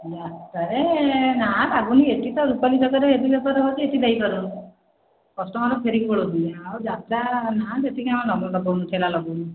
ରାସ୍ତାରେ ନା ଲାଗୁନି ଏଠି ତ ରୁପାଲୀ ଛକରେ ଯେତିକି ବେପାର ହେଉଛି ଏଠି ଦେଇ ପାରୁନୁ କଷ୍ଟମର ଫେରିକି ପଳାଉଛନ୍ତି ଆଉ ଯାତ୍ରା ନା ସେଠିକି ଲଗାଉନୁ ଠେଲା ଲଗାଉନୁ